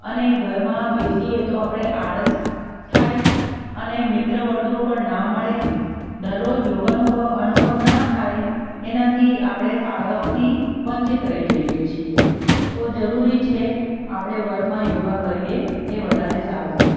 અને ઘરમાં બેસીએ તો આપણે આળસ થાય અને મિત્રવર્તુળ પણ ના મળે દરરોજ યોગા અનુભવ ના થાય એનાથી આપણે ફાયદાઓથી વંચિત રહી જઇએ છીએ તો જરૂરી છે આપણે વર્ગમાં યોગા કરીએ એ વધારે સારું